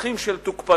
בדרכים של תוקפנות,